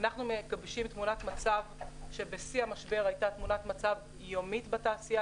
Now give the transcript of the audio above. אנחנו מגבשים תמונת מצב שבשיא המשבר הייתה תמונת מצב יומית בתעשייה,